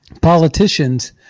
politicians